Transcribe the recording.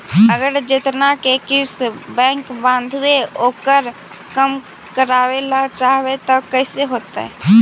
अगर जेतना के किस्त बैक बाँधबे ओकर कम करावे ल चाहबै तब कैसे होतै?